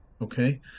Okay